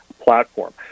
platform